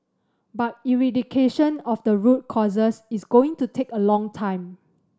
but eradication of the root causes is going to take a long time